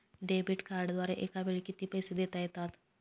Debit कार्डद्वारे एकावेळी किती पैसे देता येतात?